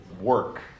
work